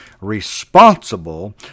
responsible